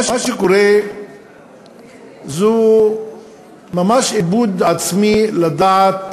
אני חושב שמה שקורה זה ממש איבוד עצמי לדעת